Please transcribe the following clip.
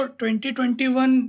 2021